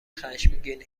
خشمگین